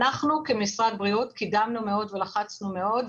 אנחנו כמשרד בריאות קידמנו מאוד ולחצנו מאוד,